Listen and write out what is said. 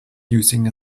using